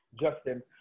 Justin